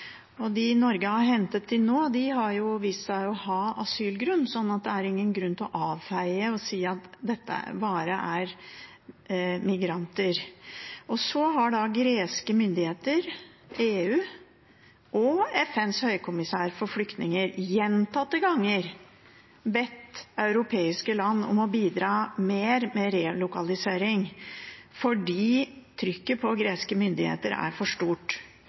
De Norge har hentet inn nå, har vist seg å ha asylgrunn, så det er ingen grunn til å avfeie og si at dette bare er migranter. Greske myndigheter, EU og FNs høykommissær for flyktninger har gjentatte ganger bedt europeiske land om å bidra mer med relokalisering fordi trykket på greske myndigheter er for stort.